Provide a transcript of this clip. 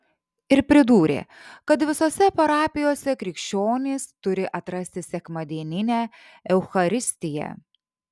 ir pridūrė kad visose parapijose krikščionys turi atrasti sekmadieninę eucharistiją